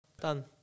Done